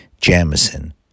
Jamison